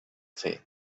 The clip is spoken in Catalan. fer